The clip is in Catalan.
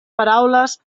paraules